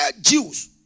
Jews